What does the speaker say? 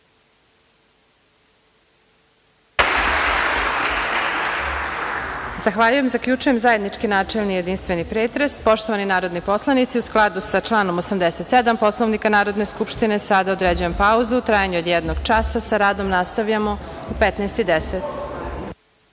Zahvaljujem. Zaključujem zajednički načelni i jedinstveni pretres. Poštovani narodni poslanici, u skladu sa članom 87. Poslovnika Narodne skupštine, sada određujem pauzu u trajanju od jednog časa. Sa radom nastavljamo u 15.10